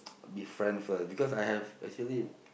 be friend first because I have actually